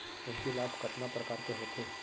पूंजी लाभ कतना प्रकार के होथे?